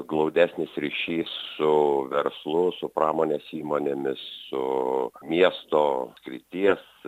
glaudesnis ryšys su verslu su pramonės įmonėmis su miesto srities